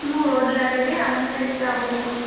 মোক ৰ'দ লাগে দেই আমনি লাগিছে আৰু বৰষুণ